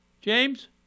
James